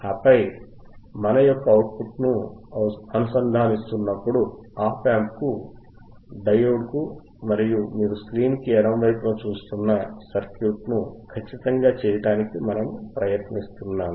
ఆపై మన యొక్క అవుట్పుట్ను అనుసంధానిస్తున్నాము ఆప్ యాంప్ డయోడ్కు మీరు స్క్రీన్ కి ఎడమ వైపున చూస్తున్న సర్క్యూట్ను ఖచ్చితంగా చేయడానికి మనము ప్రయత్నిస్తున్నాము